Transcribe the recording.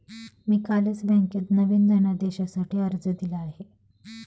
मी कालच बँकेत नवीन धनदेशासाठी अर्ज दिला आहे